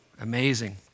Amazing